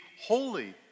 holy